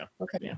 Okay